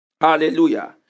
Hallelujah